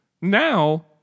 now